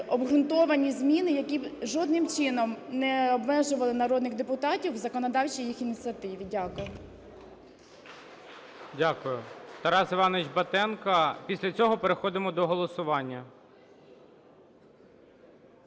обґрунтовані зміни, які жодним чином не обмежували б народних депутатів у законодавчій їх ініціативі. Дякую. ГОЛОВУЮЧИЙ. Дякую. Тарас Іванович Батенко. Після цього переходимо до голосування.